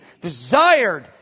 desired